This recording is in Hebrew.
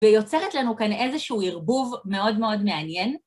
ויוצרת לנו כאן איזשהו ערבוב מאוד מאוד מעניין.